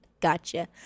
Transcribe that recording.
Gotcha